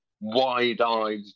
wide-eyed